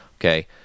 Okay